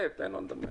אנטאנס.